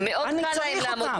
אני צריך אותם.